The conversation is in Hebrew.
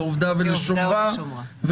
לעובדה ולשומרה,